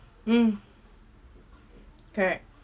mm correct